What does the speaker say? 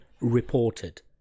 reported